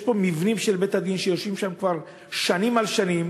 יש פה מבנים של בתי-הדין שיושבים שם כבר שנים על שנים,